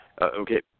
okay